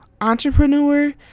entrepreneur